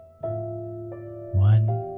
one